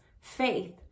faith